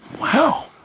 Wow